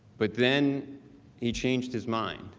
but then he changed his mind.